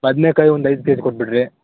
ಬದ್ನೇಕಾಯಿ ಒಂದು ಐದು ಕೆ ಜಿ ಕೊಟ್ಟುಬಿಡ್ರಿ